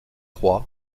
roy